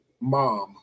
mom